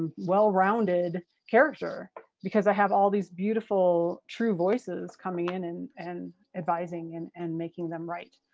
well-rounded character because i have all these beautiful true voices coming in and and advising and and making them right.